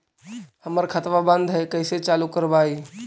हमर खतवा बंद है कैसे चालु करवाई?